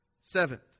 Seventh